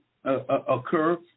occur